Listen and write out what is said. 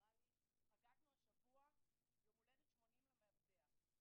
אמרה לי: חגגנו השבוע יום הולדת 80 למאבטח.